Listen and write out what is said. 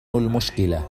المشكلة